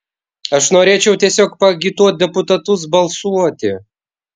aš norėčiau tiesiog paagituot deputatus balsuoti